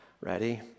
Ready